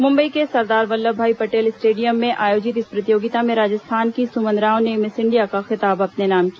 मुंबई के सरदार वल्लभभाई पटेल स्टेडियम में आयोजित इस प्रतियोगिता में राजस्थान की सुमन राव ने मिस इंडिया का खिताब अपने नाम किया